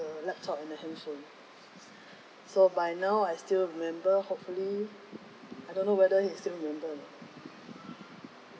laptop and the handphone so by now I still remember hopefully I don't know whether he still remember or not